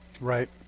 Right